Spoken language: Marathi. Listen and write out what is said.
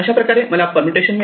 अशाप्रकारे मला परमुटेशन मिळेल